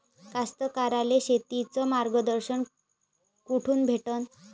कास्तकाराइले शेतीचं मार्गदर्शन कुठून भेटन?